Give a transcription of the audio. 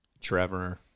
Trevor